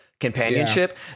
companionship